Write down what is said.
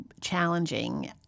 challenging